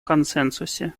консенсусе